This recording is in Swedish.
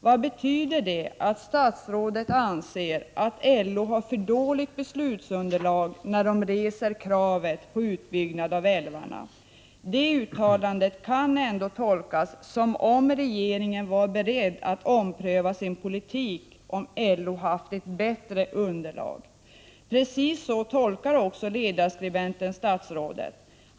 Vad betyder det att statsrådet anser att LO har för dåligt beslutsunderlag när LO reser kravet på utbyggnad av älvarna? Det uttalandet kan ändå tolkas som om regeringen var beredd att ompröva sin politik, om LO hade haft ett bättre underlag. Precis så tolkar också ledarskribenten statsrådet.